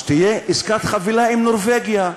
אז שתהיה עסקת חבילה עם נורבגיה.